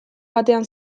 batean